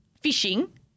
fishing